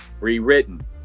rewritten